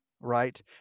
right